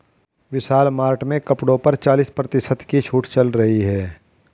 विशाल mart में कपड़ों पर चालीस प्रतिशत की छूट चल रही है